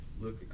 look